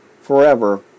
forever